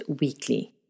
weekly